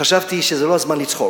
חשבתי שזה לא הזמן לצחוק.